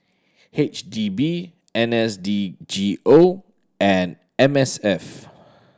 H D B N S D G O and M S F